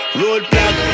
roadblock